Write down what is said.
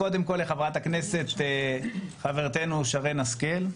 לחברת הכנסת חברתנו שרן השכל.